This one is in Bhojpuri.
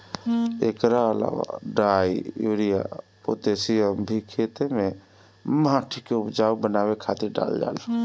एकरा अलावा डाई, यूरिया, पोतेशियम भी खेते में माटी के उपजाऊ बनावे खातिर डालल जाला